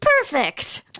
perfect